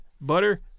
butter